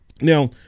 now